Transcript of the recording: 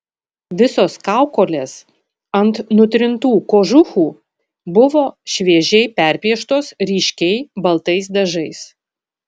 visos kaukolės ant nutrintų kožuchų buvo šviežiai perpieštos ryškiai baltais dažais